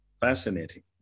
Fascinating